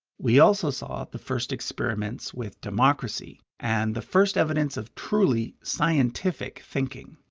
we also saw the first experiments with democracy and the first evidence of truly scientific thinking.